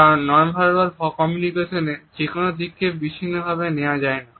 কারণ non verbal communication এর যে কোন দিককে বিচ্ছিন্নভাবে নেওয়া যায় না